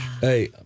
Hey